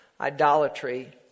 idolatry